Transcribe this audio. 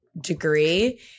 degree